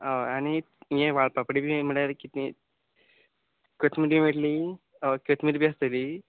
अय आनी यें वाल पापडी बी म्हळ्यार कितें कटमिरी मेळट्ली अ कोतमिरी बी आसतली